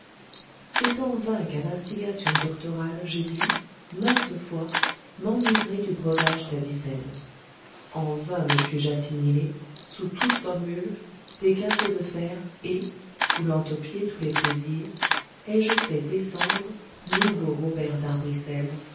c'est en vain qu'à l'instigation doctorale j'ai dû maintes fois m'enivrer du breuvage d'avicenne en vain me suis-je assimilé sous toutes formules des quintaux de fer et foulant aux pieds tous les plaisirs ai-je fait descendre nouveau robert d'arbrissel